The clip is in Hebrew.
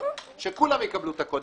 שכולם יקבלו את הקוד,